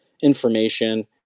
Information